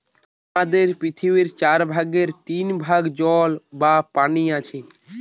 আমাদের পৃথিবীর চার ভাগের তিন ভাগ জল বা পানি আছে